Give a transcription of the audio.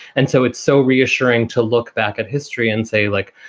and so it's so reassuring to look back at history and say, like,